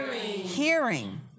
hearing